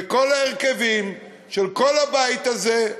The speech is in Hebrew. בכל ההרכבים של כל הבית הזה,